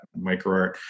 microart